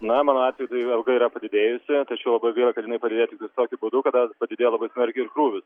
na mano atveju alga yra padidėjusi tačiau labai gaila kad jinai padidėjo toktais tokiu būdu kada padidėjo labai smarkiai ir krūvis